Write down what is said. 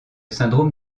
syndrome